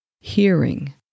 Hearing